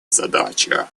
задача